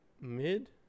Mid